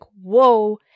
Whoa